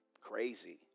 Crazy